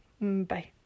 bye